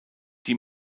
die